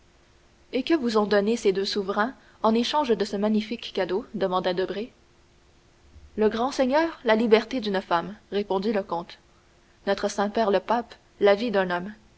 et que vous ont donné ces deux souverains en échange de ce magnifique cadeau demanda debray le grand seigneur la liberté d'une femme répondit le comte notre saint-père le pape la vie d'un homme